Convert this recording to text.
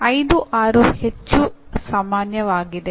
5 6 ಹೆಚ್ಚು ಸಾಮಾನ್ಯವಾಗಿದೆ